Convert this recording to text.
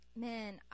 man